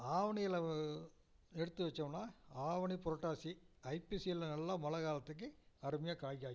ஆவணியில் எடுத்து வைச்சோம்னா ஆவணி புரட்டாசி ஐப்பசியில் நல்லா மழை காலத்துக்கு அருமையாக காய் காய்க்கும்